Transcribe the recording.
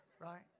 Right